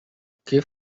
que